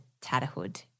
Tatterhood